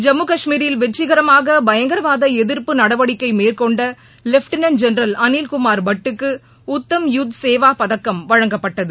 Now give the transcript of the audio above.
ஜம்மு காஷ்மீரில் வெற்றிகரமாக பயங்கரவாத எதிர்ப்பு நடவடிக்கை மேற்கொண்ட லெப்டனன் ஜெனரல் அனில்குமார் பட்டுக்கு உத்தம் யுத் சேவா பதக்கம் வழங்கப்பட்டது